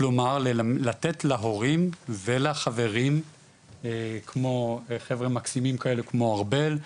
כלומר לתת להורים ולחברים כמו חבר'ה מקסימים כאלה כמו ארבל,